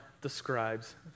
describes